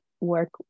work